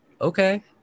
okay